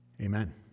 Amen